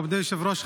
מכובדי היושב-ראש,